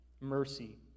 mercy